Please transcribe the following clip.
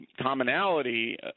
commonality